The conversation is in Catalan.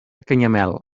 canyamel